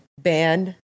band